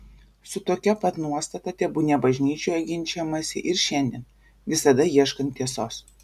su tokia pat nuostata tebūnie bažnyčioje ginčijamasi ir šiandien visada ieškant tiesos